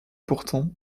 pourtant